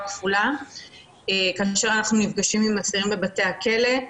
כפולה אנחנו נפגשים עם האסירים בבתי הכלא.